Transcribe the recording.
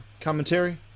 commentary